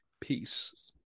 Peace